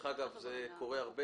דרך אגב, קורה הרבה